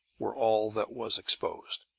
were all that was exposed.